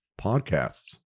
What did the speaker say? podcasts